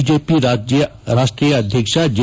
BJP ರಾಷ್ಷೀಯ ಅಧ್ಯಕ್ಷ J